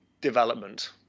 development